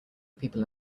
people